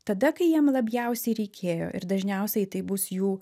tada kai jiem labiausiai reikėjo ir dažniausiai tai bus jų